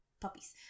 puppies